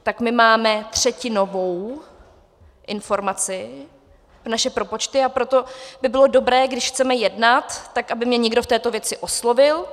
Tak my máme třetinovou informaci, naše propočty, a proto by bylo dobré, když chceme jednat, aby mě někdo v této věci oslovil.